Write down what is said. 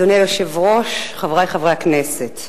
אדוני היושב-ראש, חברי חברי הכנסת,